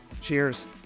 Cheers